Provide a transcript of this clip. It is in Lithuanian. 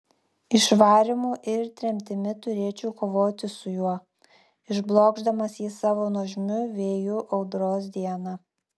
išvarymu ir tremtimi turėčiau kovoti su juo išblokšdamas jį savo nuožmiu vėju audros dieną